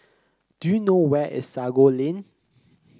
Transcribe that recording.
do you know where is Sago Lane